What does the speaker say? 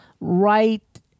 right